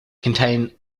contain